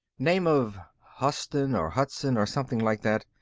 name of huston or hudson or something like that.